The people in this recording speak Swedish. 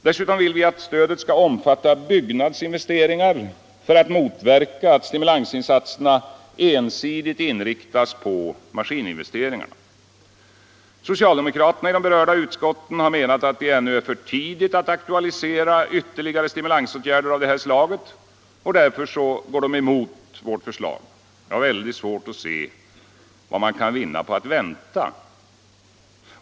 Dessutom vill vi att stödet skall omfatta byggnadsinvesteringar för att motverka att stimulansinsatserna ensidigt inriktas på maskininvesteringar. Socialdemokraterna i de berörda utskotten har menat att det ännu är för tidigt att aktualisera ytterligare stimulansåtgärder av det här slaget och går därför emot vårt förslag. Jag har väldigt svårt att se vad man kan vinna på att vänta.